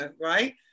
right